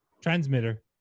transmitter